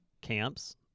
camps